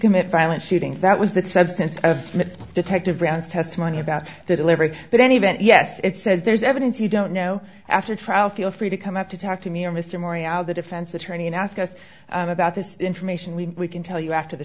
commit violent shootings that was the substance of detective brown's testimony about the delivery but any event yes it says there's evidence you don't know after trial feel free to come up to talk to me or mr mori out the defense attorney and ask us about this information we can tell you after the